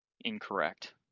Incorrect